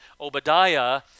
Obadiah